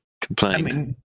complaining